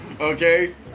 Okay